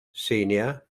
senior